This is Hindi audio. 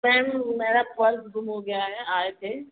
मैम मेरा पर्स गुम हो गया है आए थे